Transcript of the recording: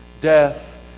death